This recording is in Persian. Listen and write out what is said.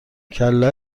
کله